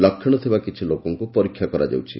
ଲକ୍ଷଣ ଥିବା କିଛି ଲୋକଙ୍କୁ ପରୀକ୍ଷା କରାଯାଉଛି